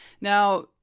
Now